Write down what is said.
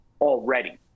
already